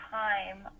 time